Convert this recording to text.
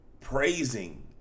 praising